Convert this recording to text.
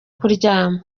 kuryama